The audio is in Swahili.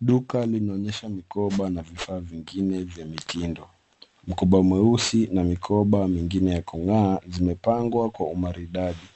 Duka linoonyesha mikoba na vifaa vingine vya mitindo. Mkoba mweusi na mikoba mingine ya kung'aa zimepangwa kwa umaridadi.